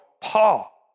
Paul